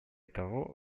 того